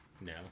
no